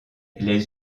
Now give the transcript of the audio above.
les